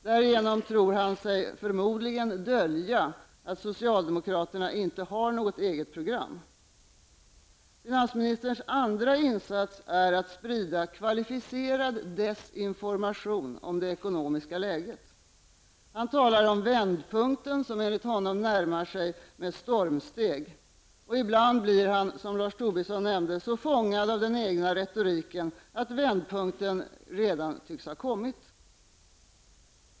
Därigenom tror han sig förmodligen dölja att socialdemokraterna inte har något eget program. Hans andra insats är att sprida kvalificerad desinformation om det ekonomiska läget. Han talar om vändpunkten, som enligt honom närmar sig med stormsteg. Ibland blir han -- som Lars Tobisson nämnde -- så fångad av den egna retoriken att vändpunkten redan tycks ha kommit.